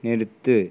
நிறுத்து